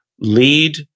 lead